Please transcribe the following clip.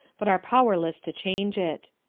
but are powerless to change it.